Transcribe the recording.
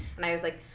and i was like,